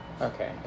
Okay